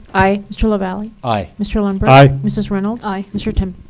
aye. mr. lavalley? aye. mr. lundberg? aye. mrs. reynolds? aye. mr. temby?